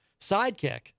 sidekick